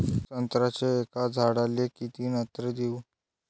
संत्र्याच्या एका झाडाले किती नत्र देऊ?